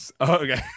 Okay